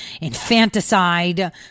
infanticide